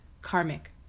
karmic